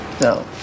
No